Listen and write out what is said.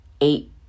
eight